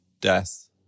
death